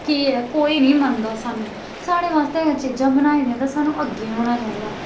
केह् ऐ कोई निं मन्नदा सानू साढ़े बास्तै अगर चीजां बनाई दियां ते सानूं अग्गें होना चाहिदा